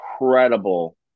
incredible